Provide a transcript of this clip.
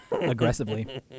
aggressively